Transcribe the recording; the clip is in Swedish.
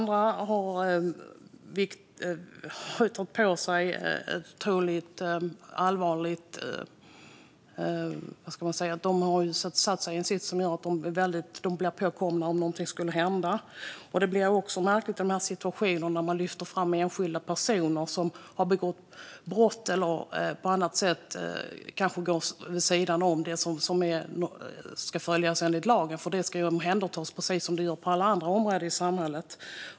De har satt sig i en sits som gör att de blir påkomna om något skulle hända. Det blir märkligt att i denna situation lyfta fram enskilda personer som har begått brott eller på annat sätt gått vid sidan av det som ska följas enligt lag. Detta ska omhändertas precis så som sker på alla andra områden i samhället.